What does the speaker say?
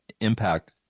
impact